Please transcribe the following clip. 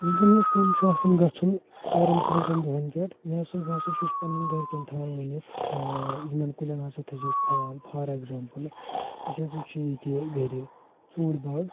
ییٚلہِ زن مےٚ کُن چھُ آسان گژھُن ژورَن پٲنٛژن دۄہن پٮ۪ٹھ مےٚ ہسا بہٕ ہسا چھُس پننیٚن گھرکیٚن تھاوان ونِتھ ٲں یِمن کُلیٚن ہسا تھٲیزیٛو خیال فار ایٚگزامپٕل اسہِ ہسا چھُ ییٚتہِ گھرِ ژوٗنٛٹھۍ باغ